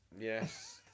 Yes